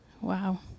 Wow